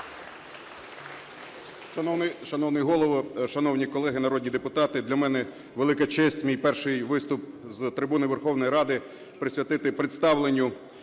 Дякую.